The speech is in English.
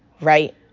right